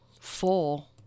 full